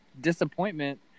disappointment